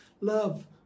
love